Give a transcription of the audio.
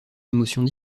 émotions